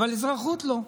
אבל אזרחות לא.